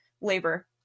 labor